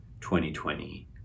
2020